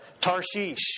Tarshish